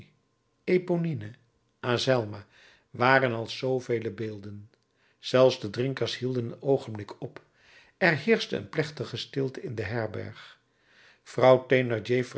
eponine azelma waren als zoovele beelden zelfs de drinkers hielden een oogenblik op er heerschte een plechtige stilte in de herberg